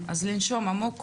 אז לנשום עמוק כולם,